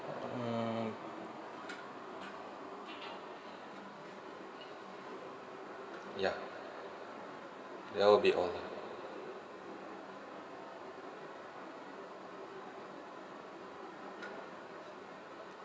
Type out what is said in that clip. mm ya that will be all